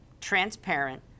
transparent